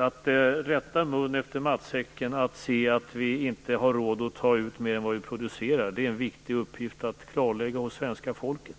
Att rätta mun efter matsäcken och att se att vi inte har råd att ta ut mer än vi producerar är en viktig uppgift att klarlägga för svenska folket.